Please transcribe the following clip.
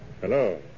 Hello